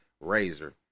razor